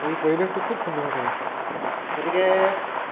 এই পৰিৱেশটো খুব সুন্দৰ হৈ থাকে গতিকে